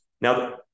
Now